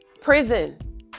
Prison